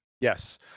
Yes